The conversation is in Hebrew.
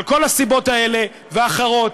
על כל הסיבות האלה ואחרות,